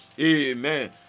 Amen